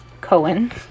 Cohen